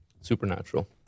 Supernatural